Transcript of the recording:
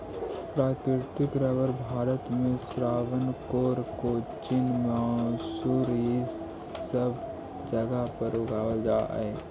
प्राकृतिक रबर भारत में त्रावणकोर, कोचीन, मैसूर इ सब जगह पर उगावल जा हई